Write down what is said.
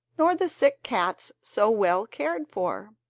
nor the sick cats so well cared for.